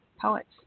poets